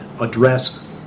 address